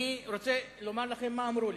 אני רוצה לומר לכם מה הם אמרו לי: